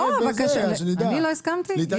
אני לא הסכמתי?